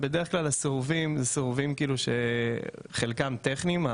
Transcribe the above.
בדרך כלל הסירובים בחלקם טכניים.